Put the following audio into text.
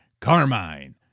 Carmine